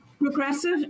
Progressive